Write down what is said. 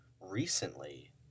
recently